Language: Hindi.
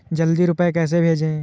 जल्दी रूपए कैसे भेजें?